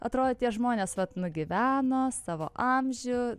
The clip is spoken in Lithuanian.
atrodo tie žmonės vat nugyveno savo amžių